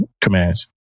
commands